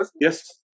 Yes